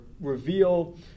reveal